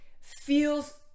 feels